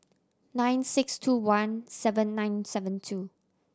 nine six two one seven nine seven two